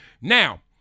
Now